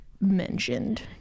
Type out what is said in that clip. mentioned